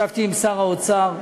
ישבתי עם שר האוצר,